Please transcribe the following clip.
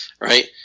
right